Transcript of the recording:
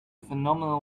phenomenal